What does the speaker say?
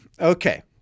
Okay